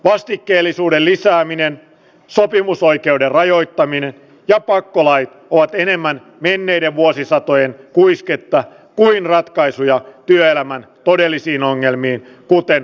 vastikkeellisuuden lisääminen sopimusoikeuden rajoittaminen ja pakkolaina ovat enemmän menneiden vuosisatojen kuisketta kuin ratkaisuja työelämän todellisiin ongelmiin kuten